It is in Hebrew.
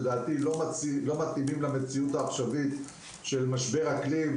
לדעתי לא מתאימים למציאות העכשווית של משבר אקלים,